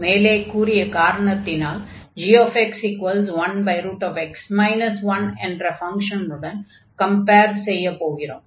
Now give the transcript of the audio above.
மேலே கூறிய கரணத்தினால் gx1x 1 என்ற ஃபங்ஷனுடன் கம்பேர் செய்ய போகிறோம்